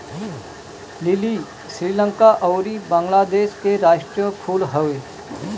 लीली श्रीलंका अउरी बंगलादेश के राष्ट्रीय फूल हवे